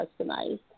customized